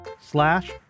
slash